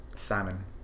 salmon